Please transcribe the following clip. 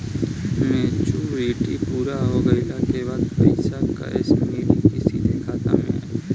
Maturity पूरा हो गइला के बाद पईसा कैश मिली की सीधे खाता में आई?